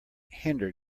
hinder